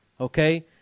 okay